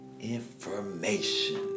information